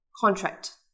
contract